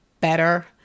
better